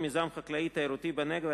מיזם חקלאי-תיירותי בנגב),